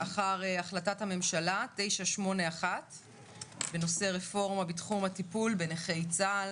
אחר החלטת הממשלה 981 בנושא רפורמה בתחום הטיפול בנכי צה"ל